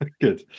Good